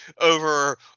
over